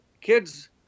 kids